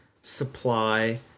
supply